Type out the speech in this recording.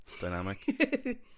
dynamic